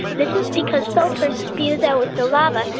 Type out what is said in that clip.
this is because sulfur spews out with the lava.